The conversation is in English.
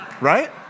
right